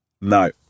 No